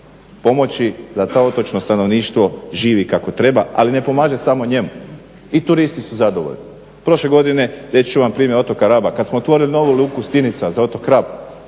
pomoći da to otočno stanovništvo živi kako treba. Ali ne pomaže samo njemu, i turisti su zadovoljni. Prošle godine, reći ću vam primjer otoka Raba, kad smo otvorili novu luku Stinica za otok Rab,